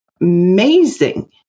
amazing